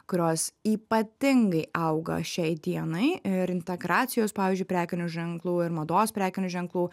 kurios ypatingai auga šiai dienai ir integracijos pavyzdžiui prekinių ženklų ir mados prekinių ženklų